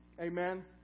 Amen